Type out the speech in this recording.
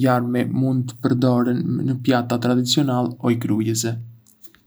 larmi mund të përdoren ndë pjata tradicionale o krijuese.